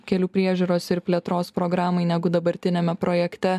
kelių priežiūros ir plėtros programai negu dabartiniame projekte